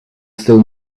still